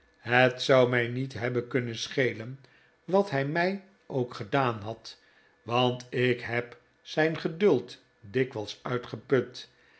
het zou mij niet hebben kunnen schelen wat hij mij ook gedaan had want ik heb zijn geduld dikwijls uitgeput